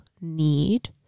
need